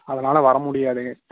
அதனால வர முடியாதுங்க